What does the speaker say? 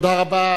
תודה רבה.